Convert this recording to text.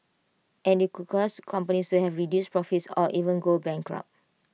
and IT could cause companies to have reduced profits or even go bankrupt